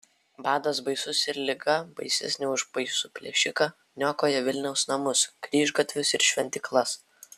badas baisus ir liga baisesnė už baisų plėšiką niokoja vilniaus namus kryžgatvius ir šventyklas